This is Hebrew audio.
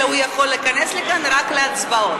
אלא הוא יכול להיכנס לכאן רק להצבעות.